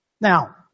Now